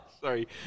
Sorry